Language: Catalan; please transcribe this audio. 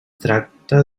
tracta